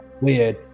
weird